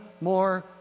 more